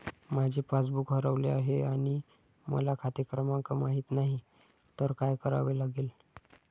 माझे पासबूक हरवले आहे आणि मला खाते क्रमांक माहित नाही तर काय करावे लागेल?